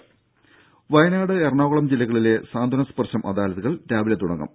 രംഭ വയനാട് എറണാകുളം ജില്ലകളിലെ സാന്ത്വന സ്പർശം അദാലത്തുകൾ രാവിലെ തുടങ്ങും